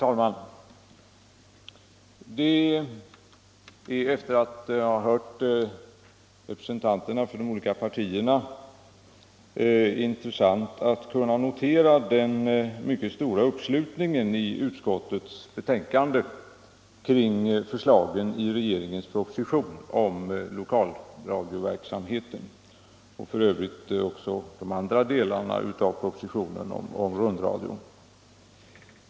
Herr talman! Efter att ha hört representanterna för de olika partierna är det intressant att kunna notera den mycket stora uppslutningen i utskottets betänkande kring förslagen om lokalradioverksamheten i regeringens proposition och för övrigt även kring de andra delarna i propositionen om rundradion.